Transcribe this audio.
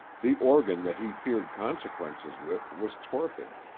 the organ that he feared consequences with was torpid.